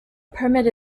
permit